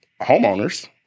homeowners